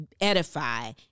edify